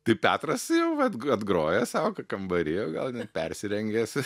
taip petras jau va atgrojęs sau kambary jau gal net persirengęs